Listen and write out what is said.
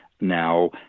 now